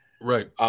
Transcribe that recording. Right